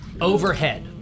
Overhead